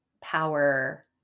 power